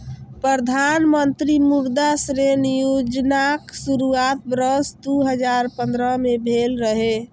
प्रधानमंत्री मुद्रा ऋण योजनाक शुरुआत वर्ष दू हजार पंद्रह में भेल रहै